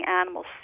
animals